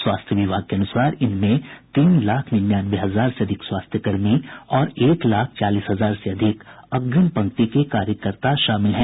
स्वास्थ्य विभाग के अनुसार इनमें तीन लाख निन्यानवे हजार से अधिक स्वास्थ्य कर्मी और एक लाख चालीस हजार से अधिक अग्निम पंक्ति के कार्यकर्ता शामिल हैं